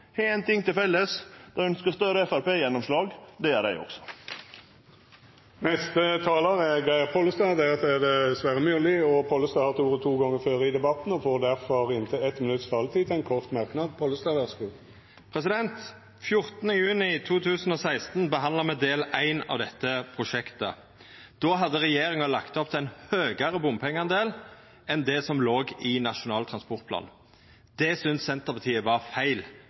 éin ting til felles – dei ønskjer større FrP-gjennomslag. Det gjer eg også. Representanten Geir Pollestad har hatt ordet to gonger tidlegare og får ordet til ein kort merknad, avgrensa til 1 minutt. Den 14. juni 2016 behandla me del éin av dette prosjektet. Då hadde regjeringa lagt opp til ein høgare bompengedel enn det som låg i Nasjonal transportplan. Det syntest Senterpartiet var feil